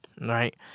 right